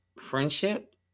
friendship